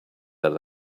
their